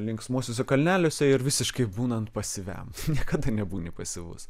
linksmuosiuose kalneliuose ir visiškai būnant pasyviam niekada nebūni pasyvus